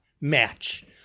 match